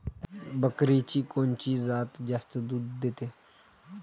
बकरीची कोनची जात जास्त दूध देते?